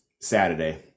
Saturday